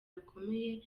bikomeye